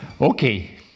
Okay